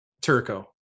Turco